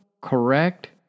correct